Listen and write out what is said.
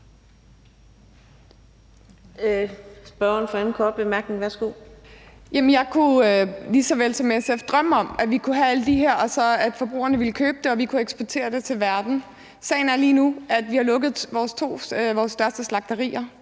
Jeg kunne lige så vel som SF drømme om, at vi kunne have alt det her og forbrugerne så ville købe det og vi kunne eksportere det til verden. Sagen er lige nu, at vi har lukket vores største slagterier.